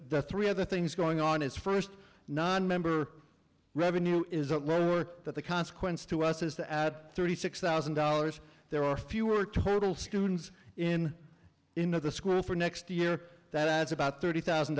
the three other things going on is first nonmember revenue is that the consequence to us is to add thirty six thousand dollars there are fewer total students in into the school for next year that adds about thirty thousand